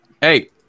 Hey